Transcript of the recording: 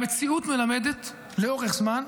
המציאות מלמדת לאורך זמן,